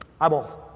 eyeballs